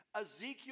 Ezekiel